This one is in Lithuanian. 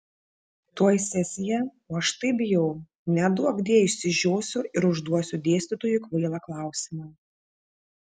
tuoj sesija o aš taip bijau neduokdie išsižiosiu ir užduosiu dėstytojui kvailą klausimą